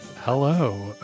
hello